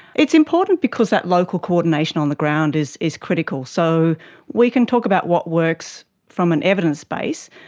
it's important because that local coordination on the ground is is critical. so we can talk about what works from an evidence base,